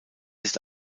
ist